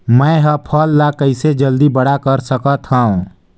मैं ह फल ला कइसे जल्दी बड़ा कर सकत हव?